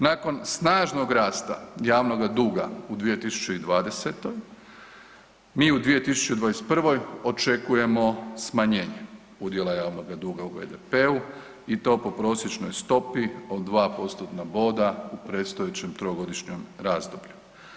Nakon snažnoga rasta javnoga duga u 2020. mi u 2021. očekujemo smanjenje javnoga duga u BDP-u i to po prosječnoj stopi od 2%-tna boda u predstojećem trogodišnjem razdoblju.